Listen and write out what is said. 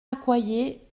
accoyer